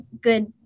good